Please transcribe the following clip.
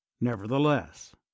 nevertheless